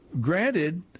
granted